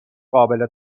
قابل